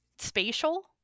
spatial